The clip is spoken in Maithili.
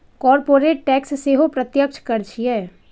कॉरपोरेट टैक्स सेहो प्रत्यक्ष कर छियै